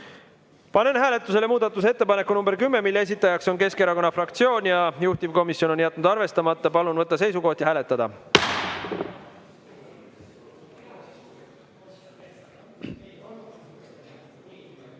Panen hääletusele muudatusettepaneku nr 10, mille esitajaks on Keskerakonna fraktsioon ja juhtivkomisjon on jätnud arvestamata. Palun võtta seisukoht ja hääletada.